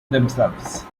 themselves